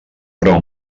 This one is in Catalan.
però